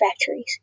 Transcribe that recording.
factories